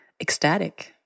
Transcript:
ecstatic